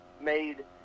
made